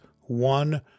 one